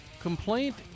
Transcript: complaint